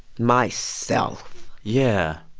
myself yeah.